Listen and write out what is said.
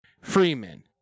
Freeman